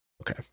okay